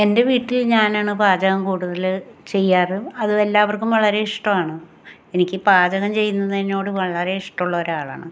എൻ്റെ വീട്ടിൽ ഞാനാണ് പാചകം കൂടുതൽ ചെയ്യാറ് അത് എല്ലാവർക്കും വളരെ ഇഷ്ടമാണ് എനിക്ക് പാചകം ചെയ്യുന്നതിനോട് വളരെ ഇഷ്ടം ഉള്ള ഒരാളാണ്